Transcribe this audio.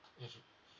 mmhmm